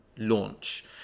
launch